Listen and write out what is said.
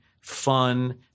fun